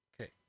Okay